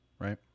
right